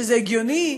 שזה הגיוני,